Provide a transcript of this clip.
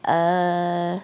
err